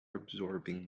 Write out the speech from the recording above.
absorbing